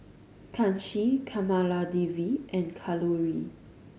Kanshi Kamaladevi and Kalluri